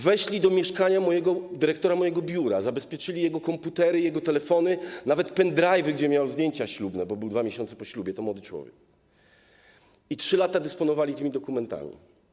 Weszli do mieszkania dyrektora mojego biura, zabezpieczyli jego komputery, jego telefony, nawet pendrive’y, gdzie miał zdjęcia ślubne, bo był 2 miesiące po ślubie, to młody człowiek, i 3 lata dysponowali tymi dokumentami.